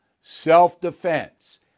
self-defense